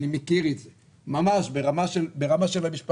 אני מכיר את זה ממש ברמה של המשפחה.